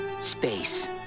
Space